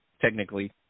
Technically